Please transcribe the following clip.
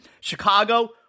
Chicago